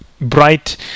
bright